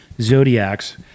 Zodiacs